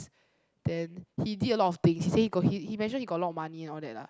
then he did a lot of things he say he got he he mention he got a lot of money all that lah